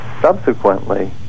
subsequently